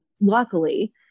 luckily